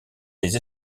des